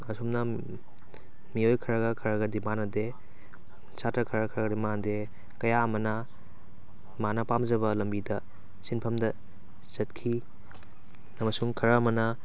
ꯑꯁꯨꯝꯅ ꯃꯤꯑꯣꯏ ꯈꯔꯒ ꯈꯔꯒꯗꯤ ꯃꯥꯟꯅꯗꯦ ꯁꯥꯇ꯭ꯔ ꯈꯔ ꯈꯔꯗꯤ ꯃꯥꯟꯅꯗꯦ ꯀꯌꯥ ꯑꯃꯅ ꯃꯥꯅ ꯄꯥꯝꯖꯕ ꯂꯝꯕꯤꯗ ꯁꯤꯟꯐꯝꯗ ꯆꯠꯈꯤ ꯑꯃꯁꯨꯡ ꯈꯔ ꯑꯃꯅ